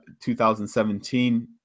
2017